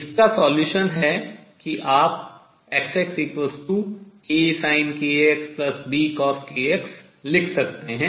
इसका solution हल है कि आप X AsinkxBcoskx लिख सकते हैं